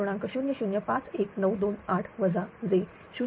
0051928 j 0